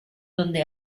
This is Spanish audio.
adonde